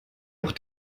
auch